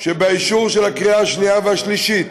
שבאישור לקריאה השנייה והשלישית